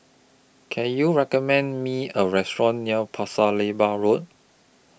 Can YOU recommend Me A Restaurant near Pasir Laba Road